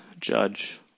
judge